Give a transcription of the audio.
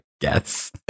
guess